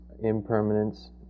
impermanence